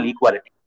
Equality